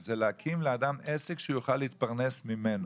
היא להקין לאדם עסק שהוא יוכל להתפרנס ממנו.